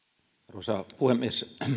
arvoisa puhemies